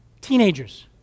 teenagers